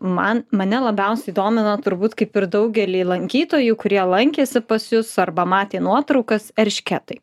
man mane labiausiai domina turbūt kaip ir daugelį lankytojų kurie lankėsi pas jus arba matė nuotraukas eršketai